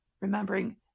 remembering